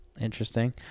Interesting